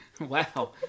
Wow